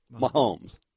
Mahomes